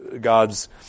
God's